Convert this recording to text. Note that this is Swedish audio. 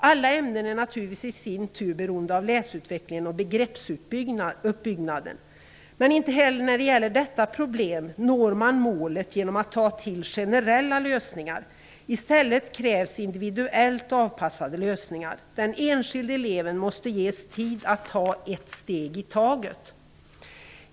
Alla ämnen är naturligtvis i sin tur beroende av läsutvecklingen och begreppsuppbyggnaden. Inte heller när det gäller detta problem når man målet genom att ta till generella lösningar. I stället krävs individuellt avpassade lösningar. Den enskilde eleven måste ges tid att ta ett steg i taget.